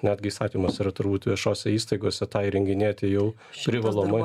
netgi įstatymas yra turbūt viešose įstaigose tą įrenginėti jau privalomai